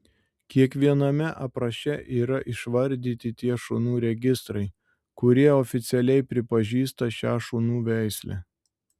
kiekviename apraše yra išvardyti tie šunų registrai kurie oficialiai pripažįsta šią šunų veislę